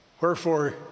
Wherefore